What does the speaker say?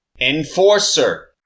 Enforcer